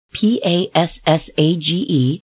P-A-S-S-A-G-E